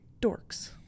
dorks